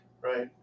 right